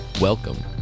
Welcome